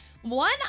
one